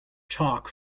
chalk